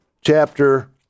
chapter